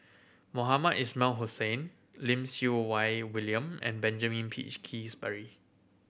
Mohamed Ismail Hussain Lim Siew Wai William and Benjamin Peach Keasberry